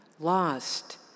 lost